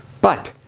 but